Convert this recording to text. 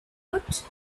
woot